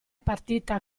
partita